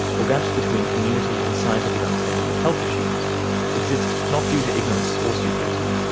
or gaps between community and scientific understanding of health issues exist not due to ignorance or stupidity,